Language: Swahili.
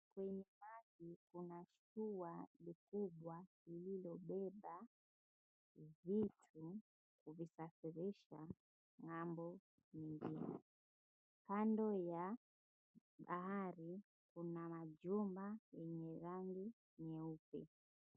Kwenye maji kuna mashua kubwa lililobeba vitu kuvisafirisha ng'ambo nyingine. Kando ya bahari mna majumba yenye rangi nyeupe.